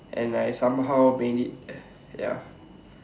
and I somehow made it ya